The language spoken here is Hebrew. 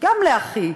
גם לאחי,